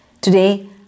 Today